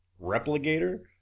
Replicator